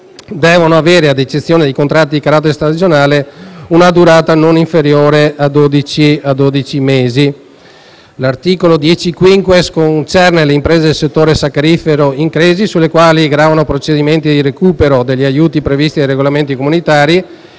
scritta - ad eccezione di quelli di carattere stagionale - abbiano una durata non inferiore a dodici mesi. L'articolo 10*-quinquies* concerne le imprese del settore saccarifero in crisi, sulle quali gravano procedimenti di recupero degli aiuti previsti dai regolamenti comunitari,